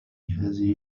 لهذه